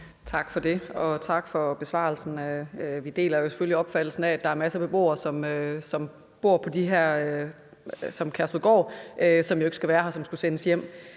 Tak for det. Og tak for besvarelsen. Vi deler selvfølgelig opfattelsen af, at der er masser af beboere, som bor på Kærshovedgård, som ikke skulle være her, men skulle sendes hjem.